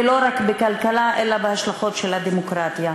ולא רק בכלכלה אלא בהשלכות של הדמוקרטיה.